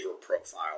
profile